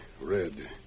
Red